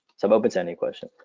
so i'm open to any questions,